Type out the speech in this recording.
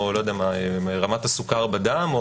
או רמת הסוכר בדם,